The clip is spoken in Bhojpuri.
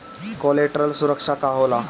कोलेटरल सुरक्षा का होला?